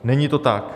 Není to tak.